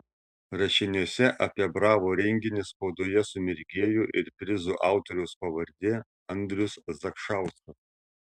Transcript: rašiniuose apie bravo renginį spaudoje sumirgėjo ir prizų autoriaus pavardė andrius zakšauskas